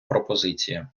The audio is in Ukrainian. пропозиція